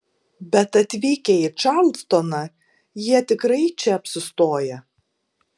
bet atvykę į čarlstoną jie tikrai čia apsistoja